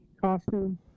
costume